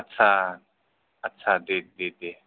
आटसा आटसा दे दे दे